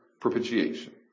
propitiation